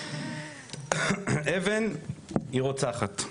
אבן היא רוצחת,